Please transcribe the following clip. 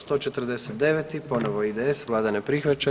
149. ponovo IDS, Vlada ne prihvaća.